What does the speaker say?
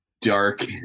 dark